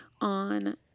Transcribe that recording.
on